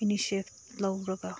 initiate ꯂꯧꯔꯒ